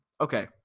Okay